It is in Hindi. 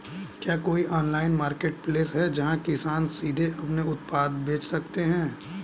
क्या कोई ऑनलाइन मार्केटप्लेस है जहां किसान सीधे अपने उत्पाद बेच सकते हैं?